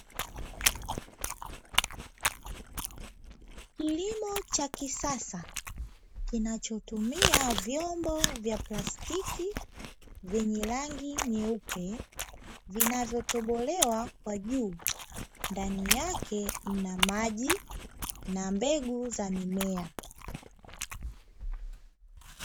Kilimo cha kisasa kinachotumia Vyombo vya plastiki vyenye rangi nyeupe vinavyotobolewa kwa juu, Ndani yake Kuna maji na mbegu za mimea.